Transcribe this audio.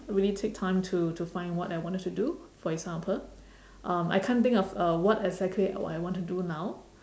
really take time to to find what I wanted to do for example um I can't think of uh what exactly I want to do now